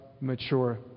mature